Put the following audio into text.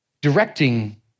directing